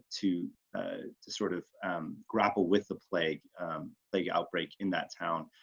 to ah to sort of um grapple with the plague plague outbreak in that town.